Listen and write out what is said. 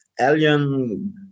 Alien